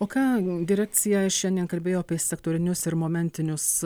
o ką direkcija šiandien kalbėjo apie sektorinius ir momentinius